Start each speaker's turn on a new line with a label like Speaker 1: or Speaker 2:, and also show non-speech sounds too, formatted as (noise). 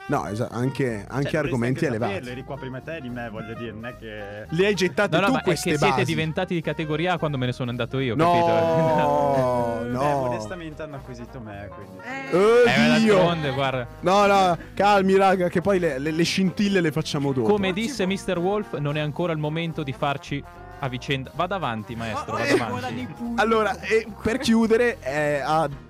Speaker 1: No, es- anche-
Speaker 2: Cioè,
Speaker 1: anche
Speaker 2: dovreste anche
Speaker 1: argomenti elevati.
Speaker 2: saperlo, eri qua prima te di me, voglio dire, non è che-
Speaker 1: Le hai gettate
Speaker 3: No, no,
Speaker 1: tu
Speaker 3: ma è
Speaker 1: queste
Speaker 3: che siete
Speaker 1: basi?
Speaker 3: diventati di categoria quando me ne sono andato io, capito?
Speaker 1: No,
Speaker 3: (laughs)
Speaker 1: no.
Speaker 2: Beh, modestamente hanno acquisito me, quindi sì.
Speaker 1: Oh,
Speaker 3: Eh, ma
Speaker 1: Dio!
Speaker 3: d'altronde, guarda.
Speaker 1: No, no, calmi, raga, che poi le- le- le scintille le facciamo dopo.
Speaker 3: Come
Speaker 2: Oggi
Speaker 3: disse
Speaker 2: vo-
Speaker 3: Mr. Wolf, non è ancora il momento di farci a vicenda. Vada avanti, maestro,
Speaker 2: Ah,
Speaker 3: vada
Speaker 2: eh,
Speaker 3: avanti.
Speaker 2: guadagni il
Speaker 1: Allora,
Speaker 2: punto.
Speaker 1: eh, per chiudere, eh, ad-